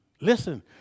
listen